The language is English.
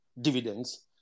dividends